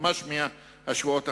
ממש מהשבועות האחרונים,